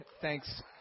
thanks